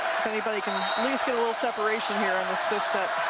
anybody can get separation here in this fifth set.